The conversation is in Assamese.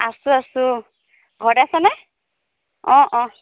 আছোঁ আছোঁ ঘৰতে আছনে অঁ অঁ